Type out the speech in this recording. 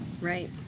Right